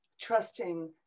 trusting